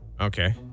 Okay